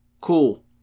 Cool